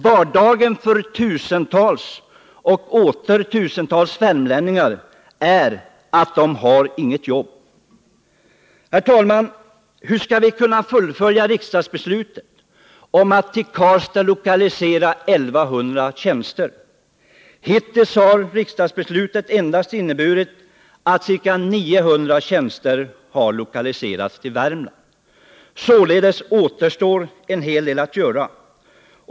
Vardagen för tusentals och åter tusentals värmlänningar är att de inte har något jobb. Hur skall vi kunna fullfölja riksdagsbeslutet om att till Karlstad lokalisera 1100 tjänster? Hittills har riksdagsbeslutet endast inneburit att ca 900 tjänster har lokaliserats till Värmland. Således återstår en hel del att utföra.